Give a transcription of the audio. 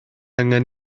angen